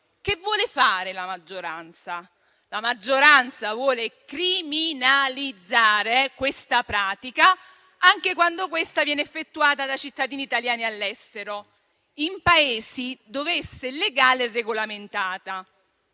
cosa vuole fare la maggioranza. La maggioranza vuole criminalizzare questa pratica, anche quando viene effettuata dai cittadini italiani all'estero, in Paesi in cui è legale e regolamentata.